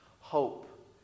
Hope